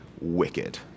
wicked